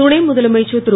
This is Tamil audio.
துணைமுதலமைச்சர் திரு